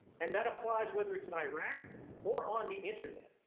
and that applies whether it's in iraq or on the internet.